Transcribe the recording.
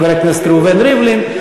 חבר הכנסת ראובן ריבלין.